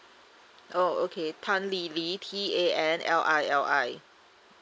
oh okay tan li li T A N L I L I